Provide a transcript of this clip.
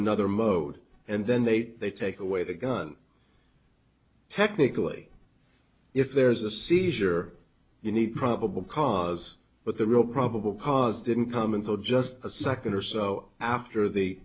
another mode and then they take away the gun technically if there's a seizure you need probable cause but the real probable cause didn't come until just a second or so after the